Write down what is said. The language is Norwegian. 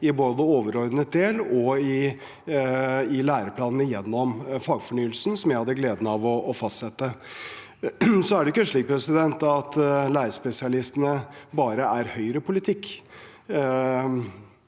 både i overordnet del og i læreplanen gjennom fagfornyelsen, som jeg hadde gleden av å fastsette. Så er det ikke slik at lærerspesialistordningen bare er Høyre-politikk.